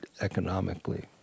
economically